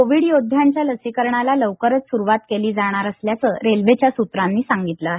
Covid योद्ध्यांच्या लसीकरणाला लवकरच सुरुवात केली जाणार असल्याचं रेल्वेच्या सूत्रांनी सांगितलं आहे